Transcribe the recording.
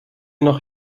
noch